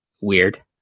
weird